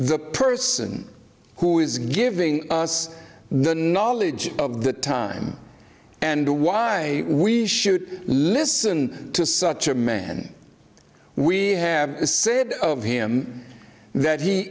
the person who is giving us the knowledge of the time and why we should listen to such a man we have said of him that he